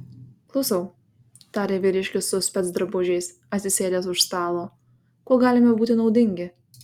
klausau tarė vyriškis su specdrabužiais atsisėdęs už stalo kuo galime būti naudingi